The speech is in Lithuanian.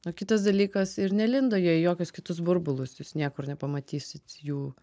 o kitas dalykas ir nelindo jie į jokius kitus burbulus jis niekur nepamatysit jų